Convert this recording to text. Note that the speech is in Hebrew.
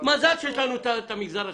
מזל שיש לנו את המגזר השלישי,